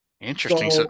Interesting